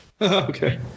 Okay